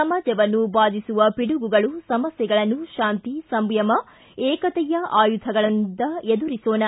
ಸಮಾಜವನ್ನು ಬಾಧಿಸುವ ಪಿಡುಗುಗಳು ಸಮಸ್ಥೆಗಳನ್ನು ಶಾಂತಿ ಸಂಯಮ ಏಕತೆಯ ಆಯುಧಗಳಿಂದ ಎದುರಿಸೋಣ